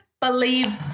believe